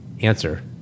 Answer